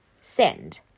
Send